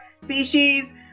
species